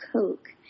Coke